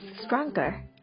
stronger